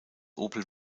opel